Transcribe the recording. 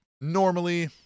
Normally